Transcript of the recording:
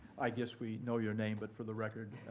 i guess we know your name, but for the record,